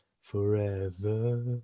forever